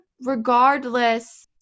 regardless